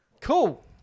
Cool